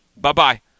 Bye-bye